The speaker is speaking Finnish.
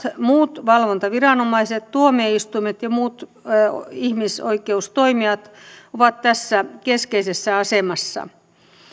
muut valvontaviranomaiset tuomioistuimet ja muut ihmisoikeustoimijat ovat tässä keskeisessä asemassa